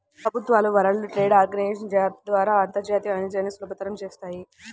ప్రభుత్వాలు World Trade Organization ద్వారా అంతర్జాతీయ వాణిజ్యాన్ని సులభతరం చేత్తాయి